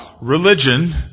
religion